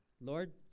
Lord